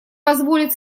позволит